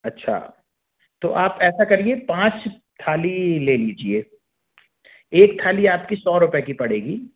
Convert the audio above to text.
अच्छा तो आप ऐसा करिए पाँच थाली ले लीजिए एक थाली आपकी सौ रुपये की पड़ेगी